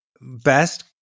Best